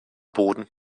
boden